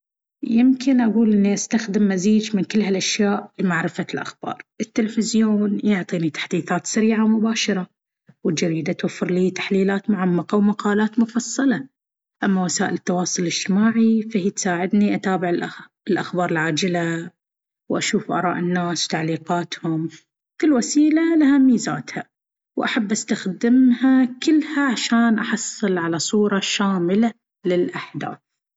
يمكن أقول اني أستخدم مزيج من كل هالأشياء لمعرفة الأخبار. التليفزيون يعطيني تحديثات سريعة ومباشرة، والجريدة توفر لي تحليلات معمقة ومقالات مفصلة. أما وسائل التواصل الاجتماعي، فهي تساعدني أتابع الأخبار العاجلة وأشوف آراء الناس وتعليقاتهم. كل وسيلة لها ميزاتها، وأحب أستخدمها كلها عشان أحصل على صورة شاملة للأحداث.